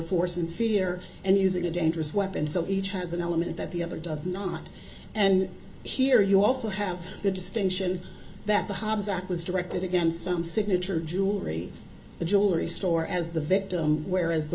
force in fear and using a dangerous weapon so each has an element that the other does not and here you also have the distinction that the hobbs act was directed against some signature jewelry jewelry store as the victim whereas the